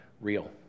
real